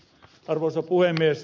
arvoisa puhemies